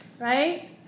Right